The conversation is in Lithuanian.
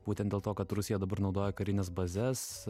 būtent dėl to kad rusija dabar naudoja karines bazes